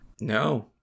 No